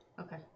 Okay